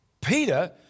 Peter